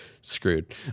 screwed